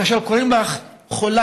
כאשר קוראים לך חולה,